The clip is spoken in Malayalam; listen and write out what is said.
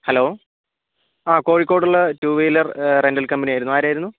ഹലോ ആ കോഴിക്കോടുള്ള ടു വീലർ റെൻ്റൽ കമ്പനിയായിരുന്നു ആരായിരുന്നു